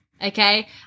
okay